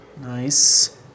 nice